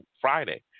Friday